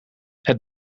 het